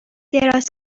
دراز